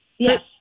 Yes